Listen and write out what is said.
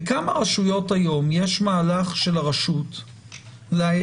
בכמה רשויות היום יש מהלך של הרשות לפתיחת